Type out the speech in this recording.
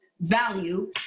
value